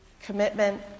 commitment